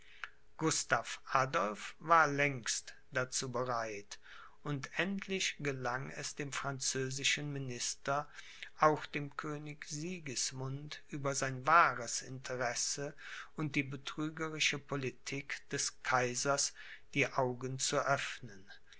gustav adolph war längst dazu bereit und endlich gelang es dem französischen minister auch dem könig sigismund über sein wahres interesse und die betrügerische politik des kaisers die augen zu öffnen